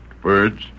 birds